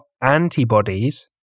antibodies